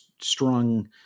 strong